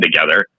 together